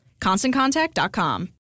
ConstantContact.com